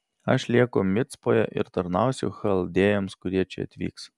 aš lieku micpoje ir tarnausiu chaldėjams kurie čia atvyks